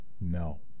No